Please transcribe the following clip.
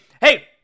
Hey